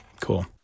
cool